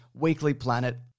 weeklyplanet